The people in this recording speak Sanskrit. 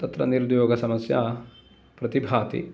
तत्र निरुद्योग समस्या प्रतिभाति